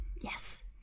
Yes